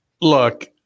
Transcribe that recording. Look